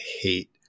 hate